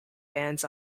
bands